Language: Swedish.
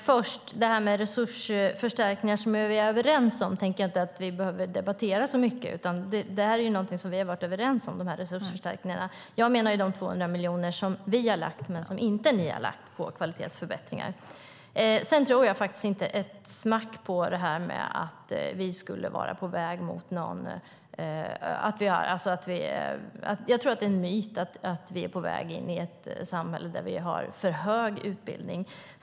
Herr talman! Först tycker jag att vi inte så mycket behöver debattera resursförstärkningar som vi är överens om. De här resursförstärkningarna är ju någonting som vi har varit överens om. Jag menade de 200 miljoner som vi har lagt men som inte ni har lagt på kvalitetsförbättringar. Sedan tror jag inte ett smack på det där att vi skulle vara på väg in i ett samhälle där vi har för hög utbildning. Jag tror att det är en myt.